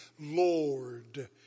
Lord